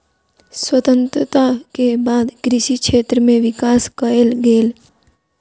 स्वतंत्रता के बाद कृषि क्षेत्र में विकास कएल गेल